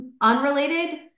unrelated